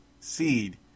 seed